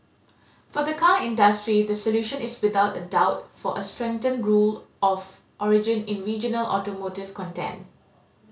for the car industry the solution is without a doubt for a strengthened rule of origin in regional automotive content